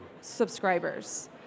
subscribers